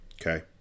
Okay